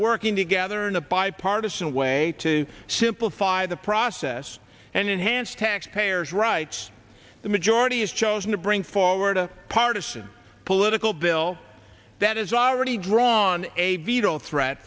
working together in a bipartisan way to simplify the process and enhance tax payers rights the majority has chosen to bring forward a partisan political bill that is already drawn a veto threat